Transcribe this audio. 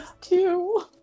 two